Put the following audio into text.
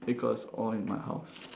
because all in my house